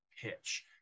pitch